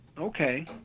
Okay